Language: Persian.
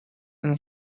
این